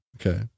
Okay